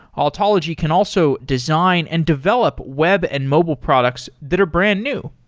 altology can also design and develop web and mobile products that are brand-new.